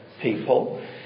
people